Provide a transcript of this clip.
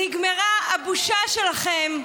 נגמרה הבושה שלכם.